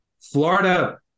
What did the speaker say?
Florida